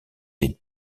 des